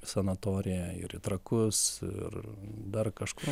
sanatoriją ir trakus ir dar kažkur